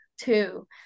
two